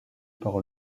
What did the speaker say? par